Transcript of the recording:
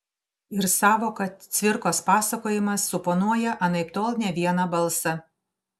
ir sąvoka cvirkos pasakojimas suponuoja anaiptol ne vieną balsą